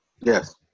Yes